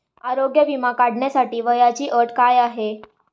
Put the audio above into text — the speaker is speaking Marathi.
आरोग्य विमा काढण्यासाठी वयाची अट काय आहे?